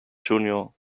junior